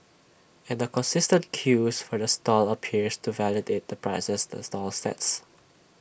and the consistent queues for the stall appears to validate the prices the stall sets